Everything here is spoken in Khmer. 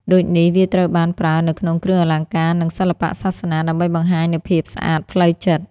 ដូចនេះវាត្រូវបានប្រើនៅក្នុងគ្រឿងអលង្ការនិងសិល្បៈសាសនា ដើម្បីបង្ហាញនូវភាពស្អាតផ្លូវចិត្ត។